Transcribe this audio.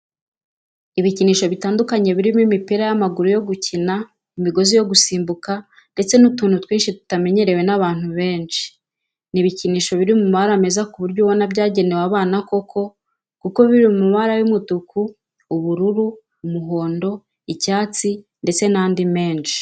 Ibikinisho bitandukanye birimo imipira y'amaguru yo gukina, imigozi yo gusimbuka ndetse n'utundi twinshi tutanenyerewe n'abantu benshi. Ni ibikinisho biri mu mabara meza ku buryo ubona ko byagenewe abana koko kuko biri mu mabara y'umutuku, ubururu, umuhondo, icyatsi ndetse n'andi menshi.